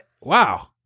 Wow